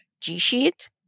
G-sheet